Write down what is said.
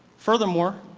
furthermore,